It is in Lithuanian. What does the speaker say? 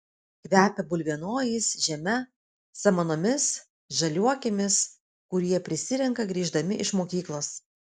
kvepia bulvienojais žeme samanomis žaliuokėmis kurių jie prisirenka grįždami iš mokyklos